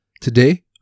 Today